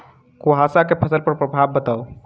कुहासा केँ फसल पर प्रभाव बताउ?